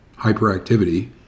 hyperactivity